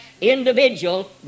individual